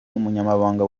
umunyamabanga